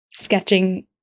sketching